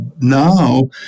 Now